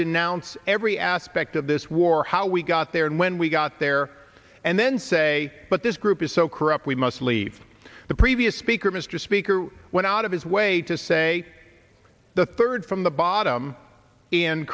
denounce every aspect of this war how we got there and when we got there and then say but this group is so corrupt we must leave the previous speaker mr speaker went out of his way to say the third from the bottom